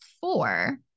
four